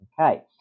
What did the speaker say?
okay